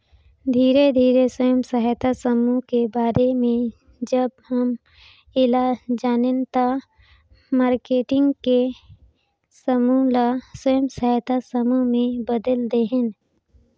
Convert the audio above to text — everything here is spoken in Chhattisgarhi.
धीरे धीरे स्व सहायता समुह के बारे में जब हम ऐला जानेन त मारकेटिंग के समूह ल स्व सहायता समूह में बदेल देहेन